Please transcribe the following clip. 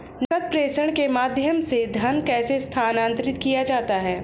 नकद प्रेषण के माध्यम से धन कैसे स्थानांतरित किया जाता है?